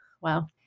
wow